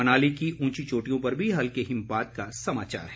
मनाली की ऊंची चोटियों पर भी हल्के हिमपात का समाचार है